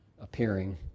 appearing